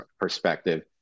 perspective